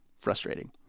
Frustrating